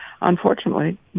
unfortunately